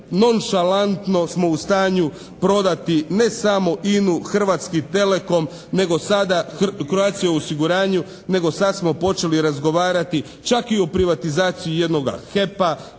nonšalantno smo u stanju prodati ne samo INA-u, «Hrvatski Telecom» nego sada «Croatia osiguranju» nego sad smo počeli razgovarati čak i o privatizaciji jednoga HEP-a,